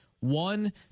One